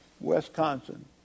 Wisconsin